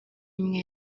imwe